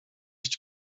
iść